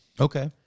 Okay